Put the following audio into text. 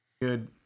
good